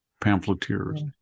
pamphleteers